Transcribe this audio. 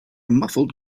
muffled